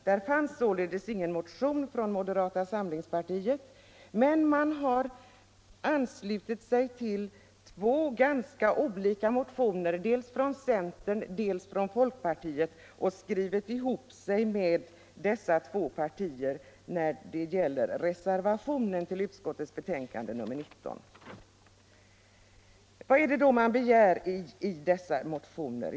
Det fanns sålunda ingen motion i ärendet från moderata samlingspartiet, men man har i stället anslutit sig till två ganska olika motioner, nämligen dels en från centern, dels en från folkpartiet, och skrivit ihop sig med dessa två partier i reservationen till socialförsäkringsutskottets betänkande nr 19. Vad är det då som begärs i dessa motioner?